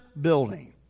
building